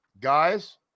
Guys